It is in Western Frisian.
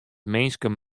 minsken